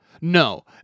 No